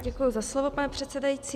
Děkuji za slovo, pane předsedající.